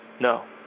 No